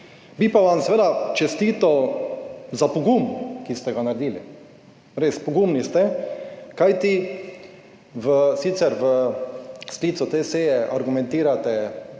Bi pa vam seveda čestital za pogum, ki ste ga naredili. Res, pogumni ste, kajti sicer v sklicu te seje argumentirate